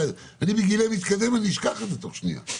בגילי המתקדם אני אשכח את זה תוך שנייה.